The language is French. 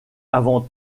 avant